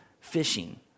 fishing